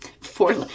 four